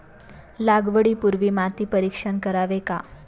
लागवडी पूर्वी माती परीक्षण करावे का?